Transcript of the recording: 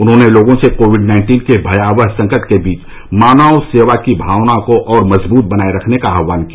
उन्होंने लोगों से कोविड नाइन्टीन के भयावह संकट के बीच मानव सेवा की भावना को और मजबूत बनाए रखने का आह्वान किया